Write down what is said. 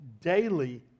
daily